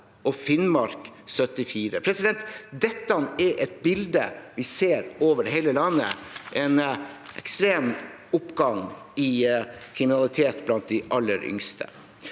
og Finnmark på 74 pst. Dette er et bilde vi ser over hele landet – en ekstrem oppgang i kriminalitet blant de aller yngste.